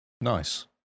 nice